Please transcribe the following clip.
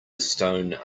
stone